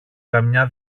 καμιά